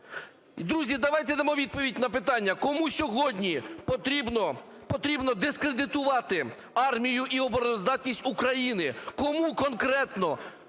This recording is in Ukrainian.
Друзі, давайте дамо відповідь на питання: кому сьогодні потрібно дискредитувати армію і обороноздатність України?